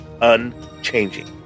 unchanging